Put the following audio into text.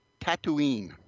tatooine